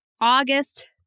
August